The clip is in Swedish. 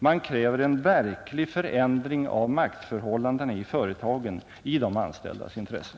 Man kräver en verklig förändring av maktförhållandena i företagen i de anställdas intresse.